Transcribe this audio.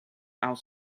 out